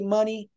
Money